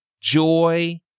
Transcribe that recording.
joy